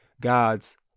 God's